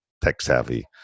tech-savvy